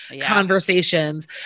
conversations